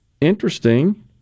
interesting